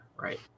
right